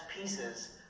pieces